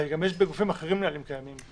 גם בגופים אחרים יש נהלים קיימים.